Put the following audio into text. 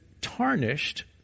tarnished